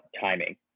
timing